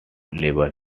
levels